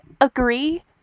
agree